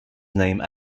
named